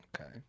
Okay